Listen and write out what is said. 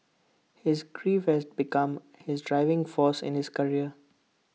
his grief has become his driving force in his career